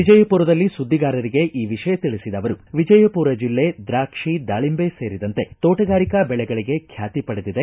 ವಿಜಯಪುರದಲ್ಲಿ ಸುದ್ದಿಗಾರರಿಗೆ ಈ ವಿಷಯ ತಿಳಿಸಿದ ಅವರು ವಿಜಯಪುರ ಬೆಲ್ಲೆ ದ್ರಾಕ್ಷಿ ದಾಳಿಂಬೆ ಸೇರಿದಂತೆ ತೋಟಗಾರಿಕಾ ಬೆಳೆಗಳಗೆ ಖ್ಯಾತಿ ಪಡೆದಿದೆ